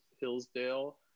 Hillsdale